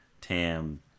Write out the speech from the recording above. Tam